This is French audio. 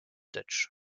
touch